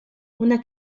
una